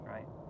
Right